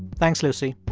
thanks, lucy